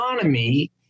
economy